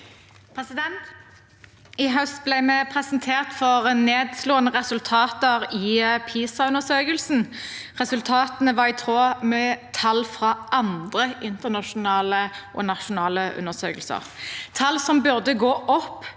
I høst ble vi presentert for nedslående resultater i PISA-undersøkelsen. Resultatene var i tråd med tall fra andre internasjonale og nasjonale undersøkelser. Tall som burde gå opp,